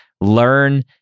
learn